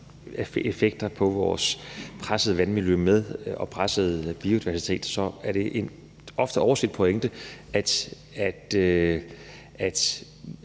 effekt på vores pressede vandmiljø og pressede biodiversitet. Det er en ofte overset pointe, at